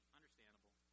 Understandable